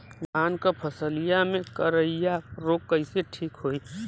धान क फसलिया मे करईया रोग कईसे ठीक होई?